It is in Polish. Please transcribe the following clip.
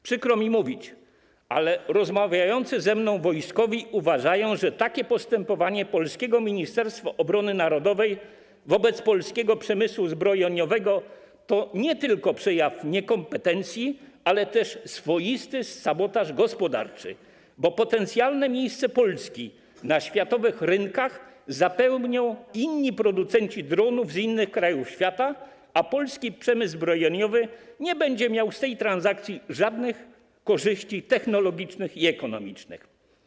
Przykro mi to mówić, ale rozmawiający ze mną wojskowi uważają, że takie postępowanie polskiego Ministerstwa Obrony Narodowej wobec polskiego przemysłu zbrojeniowego to nie tylko przejaw niekompetencji, lecz także swoisty sabotaż gospodarczy, bo potencjalne miejsce Polski na światowych rynkach zapełnią producenci dronów z innych krajów świata, a polski przemysł zbrojeniowy nie będzie miał z tego tytułu żadnych korzyści technologicznych ani ekonomicznych.